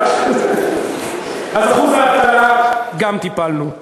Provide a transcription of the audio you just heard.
אז גם באחוז האבטלה טיפלנו.